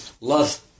love